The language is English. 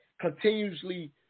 continuously